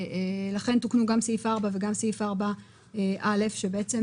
ולכן תוקנו גם סעיף 4 וגם סעיף 4(א) שבעצם